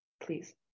please